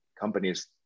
companies